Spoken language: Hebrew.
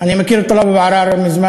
אני מכיר את טלב אבו עראר מזמן,